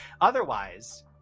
Otherwise